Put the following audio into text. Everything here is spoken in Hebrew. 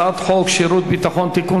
הצעת חוק שירות ביטחון (תיקון,